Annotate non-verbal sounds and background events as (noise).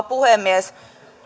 (unintelligible) puhemies